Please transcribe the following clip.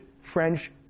French